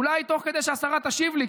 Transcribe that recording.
אולי תוך כדי שהשרה תשיב לי,